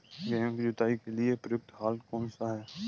गेहूँ की जुताई के लिए प्रयुक्त हल कौनसा है?